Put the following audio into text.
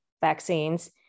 vaccines